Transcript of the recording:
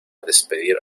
despedir